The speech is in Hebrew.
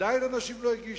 אנשים לא הגישו?